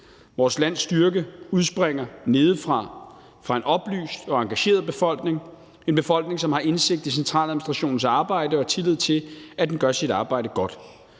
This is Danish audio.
Vores lands styrke udspringer nedefra, fra en oplyst og engageret befolkning, en befolkning, som har indsigt i centraladministrationens arbejde og tillid til, at den gør sit arbejde godt.